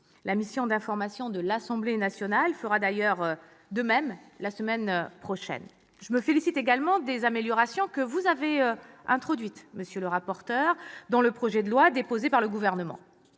La mission d'information de l'Assemblée nationale fera d'ailleurs de même la semaine prochaine. Je me félicite également des améliorations que vous avez introduites dans le projet de loi organique déposé par le Gouvernement.